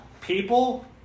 people